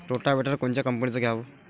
Rotavator कोनच्या कंपनीचं घ्यावं?